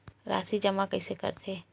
राशि जमा कइसे करथे?